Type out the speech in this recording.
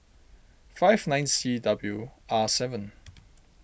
five nine C W R seven